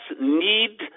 need